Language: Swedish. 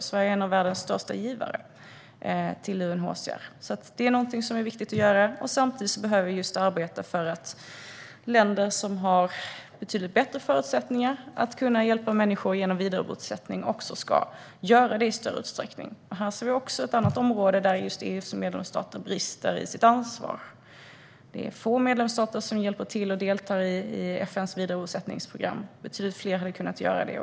Sverige är en av världens största givare till UNHCR. Det här är någonting som är viktigt att göra. Samtidigt behöver vi arbeta för att länder som har betydligt bättre förutsättningar att hjälpa människor genom vidarebosättning också ska göra det i större utsträckning. Detta är ett område där EU:s medlemsstater brister i sitt ansvar. Det är få medlemsstater som hjälper till och deltar i FN:s vidarebosättningsprogram. Betydligt fler hade kunnat göra det.